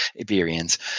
Iberians